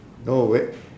no wait